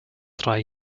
drei